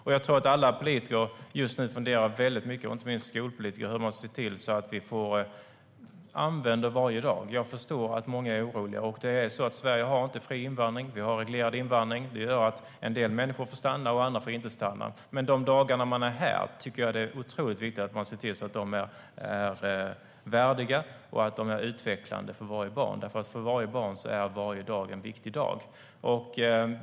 Alla skolpolitiker funderar nog just nu väldigt mycket på hur man ska se till att varje dag används. Jag förstår att många är oroliga. Sverige har inte fri invandring. Vi har reglerad invandring. Det gör att en del människor får stanna och andra får inte stanna. Men det är otroligt viktigt att se till att de dagar som de är här är värdiga och utvecklande för varje barn. För varje barn är varje dag en viktig dag.